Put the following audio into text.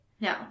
No